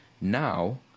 Now